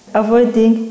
avoiding